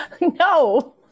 No